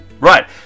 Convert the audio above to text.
Right